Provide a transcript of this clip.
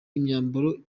imyambaro